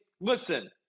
listen